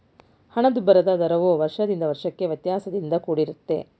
ಹಣದುಬ್ಬರದ ದರವು ವರ್ಷದಿಂದ ವರ್ಷಕ್ಕೆ ವ್ಯತ್ಯಾಸದಿಂದ ಕೂಡಿರುತ್ತೆ